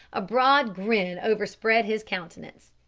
a broad grin overspread his countenance,